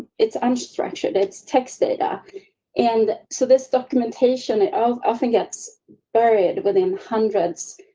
it's unstructured. it's text data and so, this documentation of often gets buried within um hundreds,